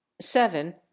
seven